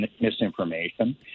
misinformation